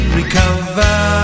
recover